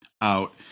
out